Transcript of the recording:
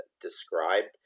described